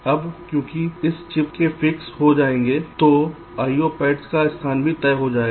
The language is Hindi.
अब क्योंकि इस चिप के फिक्स हो जाएंगे तो IO पैड्स का स्थान भी तय हो जाएगा